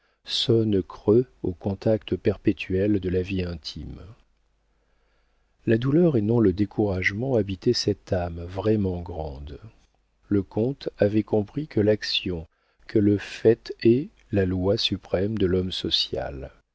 sonnent creux au contact perpétuel de la vie intime la douleur et non le découragement habitait cette âme vraiment grande le comte avait compris que l'action que le fait est la loi suprême de l'homme social